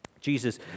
Jesus